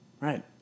Right